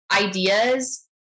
ideas